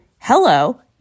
hello